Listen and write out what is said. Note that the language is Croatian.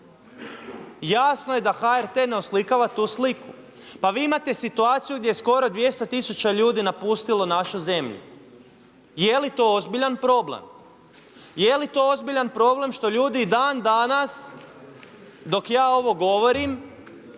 jasno da HRT ne oslikava tu sliku. Pa vi imate situaciju gdje skoro 200 tisuća ljudi napustilo našu zemlju. Jeli to ozbiljan problem? Jeli to ozbiljan problem što ljudi i dan danas dok ja ovo govorim,